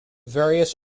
various